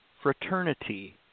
fraternity